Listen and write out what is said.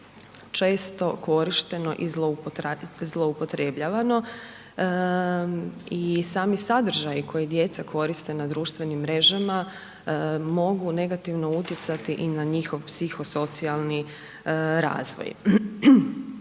često korišteno i zloupotrebljavano i sami sadržaji koje djeca koriste na društvenim mrežama, mogu negativno utjecati i na njihov psiho-socijalni razvoj.